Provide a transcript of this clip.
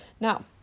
now